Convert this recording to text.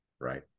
right